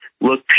look